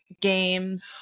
games